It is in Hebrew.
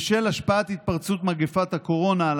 בשל השפעת התפרצות מגפת הקורונה על